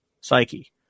psyche